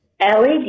LED